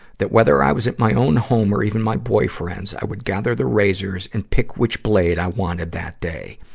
that whether i was at my own home or even my boyfriend's, i would gather the razors and pick which blade i wanted that day.